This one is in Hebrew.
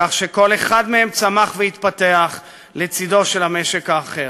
כך שכל אחד מהם צמח והתפתח לצדו של המשק האחר.